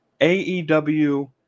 AEW